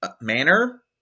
manner